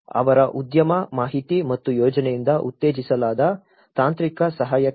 ಅವರ ಉದ್ಯಮ ಮಾಹಿತಿ ಮತ್ತು ಯೋಜನೆಯಿಂದ ಉತ್ತೇಜಿಸಲಾದ ತಾಂತ್ರಿಕ ಸಹಾಯಕ್ಕಾಗಿ